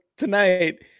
tonight